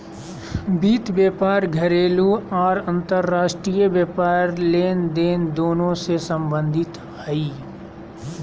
वित्त व्यापार घरेलू आर अंतर्राष्ट्रीय व्यापार लेनदेन दोनों से संबंधित हइ